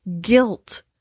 guilt